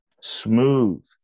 smooth